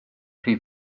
rhy